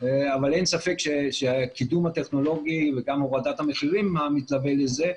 אבל אין ספק שהקידום הטכנולוגי וגם הורדת המחירים שמתלווה לזה,